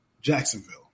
Jacksonville